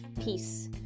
peace